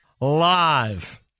live